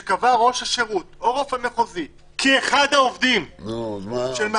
שקבע ראש השירות או רופא מחוזי כי אחד העובדים של מעסיק